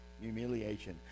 humiliation